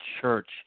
church